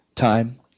time